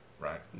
right